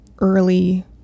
early